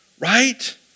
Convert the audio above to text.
right